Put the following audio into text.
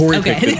okay